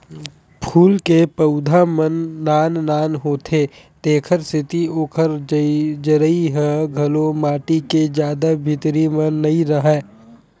फूल के पउधा मन नान नान होथे तेखर सेती ओखर जरई ह घलो माटी के जादा भीतरी म नइ राहय